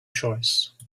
choice